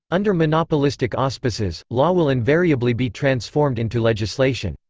under monopolistic auspices, law will invariably be transformed into legislation.